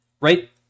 right